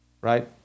right